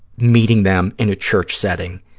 meeting them in a church setting,